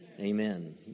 amen